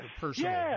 personal